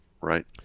right